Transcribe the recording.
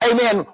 Amen